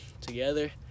together